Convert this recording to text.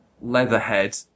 Leatherhead